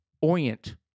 orient